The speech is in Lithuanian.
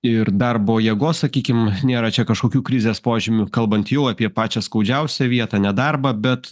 ir darbo jėgos sakykim nėra čia kažkokių krizės požymių kalbant jau apie pačią skaudžiausią vietą nedarbą bet